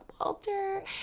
walter